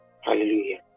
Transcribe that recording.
Hallelujah